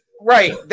Right